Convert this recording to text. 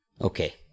Okay